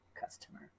customer